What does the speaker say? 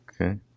Okay